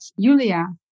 Julia